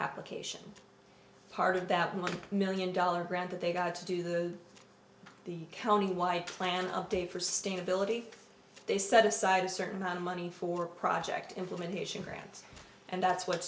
application part of that money million dollar grant that they got to do the the countywide plan update for sustainability they set aside a certain amount of money for project implementation grants and that's what